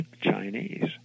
Chinese